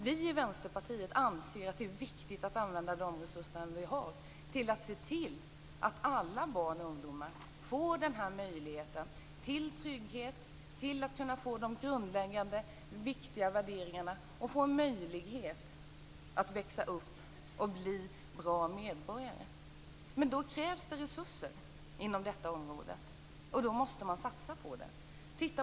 Vi i Vänsterpartiet anser att det är viktigt att använda de resurser vi har till att se till att alla barn och ungdomar får den här möjligheten till trygghet, till att få de grundläggande viktiga värderingarna och till att växa upp och bli bra medborgare. Men då krävs det resurser inom detta område, och då måste man satsa på det.